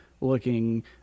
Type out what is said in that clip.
looking